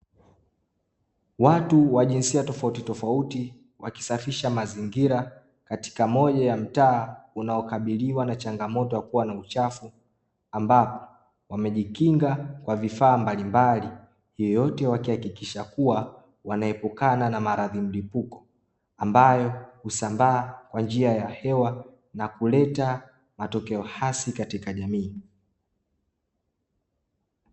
Watu wa jinsia tofauti tofauti wakisafisha mazingira katika moja ya mtaa unaokabiliwa na changamoto ya kuwa na uchafu, ambao wamejikinga kwa vifaa mbalimbali hiyo yote wakihakikisha kuwa wanaepukana na maradhi mlipuko ambayo husambaa kwa njia ya hewa na kuleta matokeo hasi katika jamii.